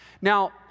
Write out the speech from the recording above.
Now